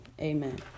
Amen